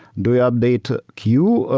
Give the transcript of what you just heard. do you update queue?